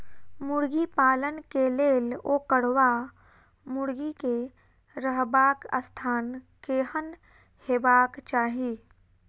मुर्गी पालन केँ लेल ओकर वा मुर्गी केँ रहबाक स्थान केहन हेबाक चाहि?